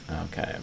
Okay